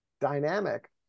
dynamic